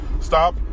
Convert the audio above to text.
Stop